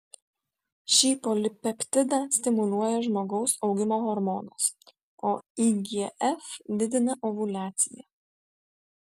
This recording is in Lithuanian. šį polipeptidą stimuliuoja žmogaus augimo hormonas o igf didina ovuliaciją